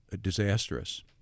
disastrous